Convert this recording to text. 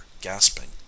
gasping